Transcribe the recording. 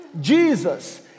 Jesus